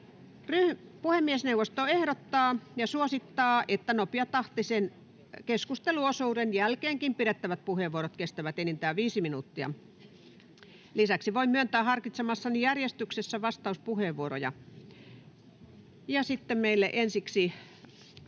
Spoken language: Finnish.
Puhemiesneuvosto ehdottaa ja suosittaa, että nopeatahtisen keskusteluosuuden jälkeenkin pidettävät puheenvuorot kestävät enintään viisi minuuttia. Lisäksi voin myöntää harkitsemassani järjestyksessä vastauspuheenvuoroja.